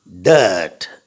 dirt